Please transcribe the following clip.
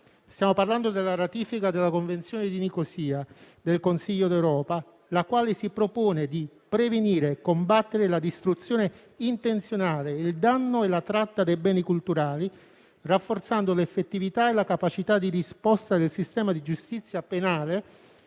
Stiamo parlando della ratifica della Convenzione di Nicosia del Consiglio d'Europa, la quale si propone di prevenire e combattere la distruzione intenzionale, il danno e la tratta dei beni culturali, rafforzando l'effettività e la capacità di risposta del sistema di giustizia penale